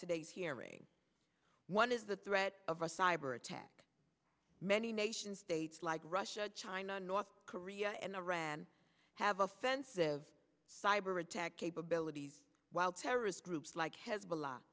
today's hearing one is the threat of a cyber attack many nation states like russia china north korea and iran have offensive cyber attack capabilities while terrorist groups like hezbollah